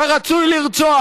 ורצוי לרצוח,